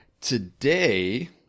today